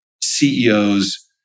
CEOs